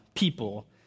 People